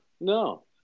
no